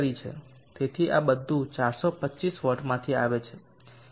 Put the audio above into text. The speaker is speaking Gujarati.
તેથી આ બધું 425 W માંથી આવે છે